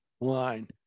line